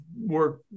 work